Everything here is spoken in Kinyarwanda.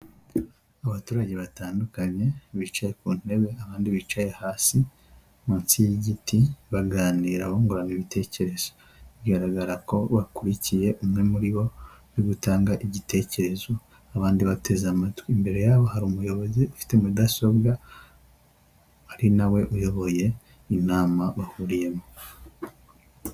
Abaturage batandukanye bicaye ku ntebe abandi bicaye hasi munsi y'igiti baganira bungurana ibitekerezo. Bigaragara ko bakurikiye umwe muri bo urigutanga igitekerezo abandi bateze amatwi. Imbere yabo hari umuyobozi ufite mudasobwa ari na we uyoboye inama bahuriyemo.